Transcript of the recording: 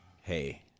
hey